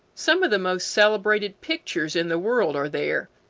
some of the most celebrated pictures in the world are there,